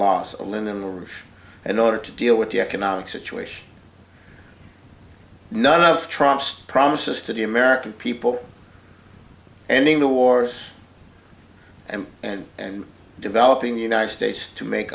and order to deal with the economic situation none of trump's promises to the american people and in the wars and and and developing the united states to make